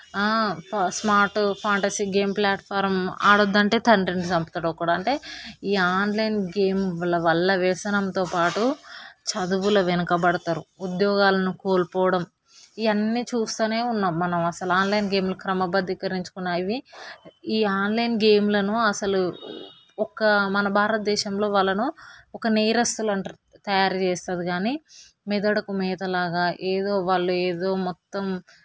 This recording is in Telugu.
స్మార్ట్ ఫాంటసీ గేమింగ్ ప్లాట్ఫామ్ ఆడద్దు అంటే తండ్రిని చంపుతాడు ఒక్కడు అంటే ఈ ఆన్లైన్ గేమ్ల వల్ల వ్యసనంతో పాటు చదువులో వెనుకబడతారు ఉద్యోగాలను కోల్పోవడం ఇవన్నీ చూస్తూనే ఉన్న మనం ఆన్లైన్ గేమ్ క్రమబద్ధరించుకున్నవి ఈ ఆన్లైన్ గేమ్లను అసలు ఒక్క మన భారత దేశంలో వాళ్ళను ఒక నేరస్తులను తయారుచేస్తుంది కానీ మెదడుకు మేతలాగా ఏదో వాళ్ళు ఏదో మొత్తం